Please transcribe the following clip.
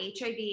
HIV